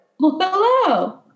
Hello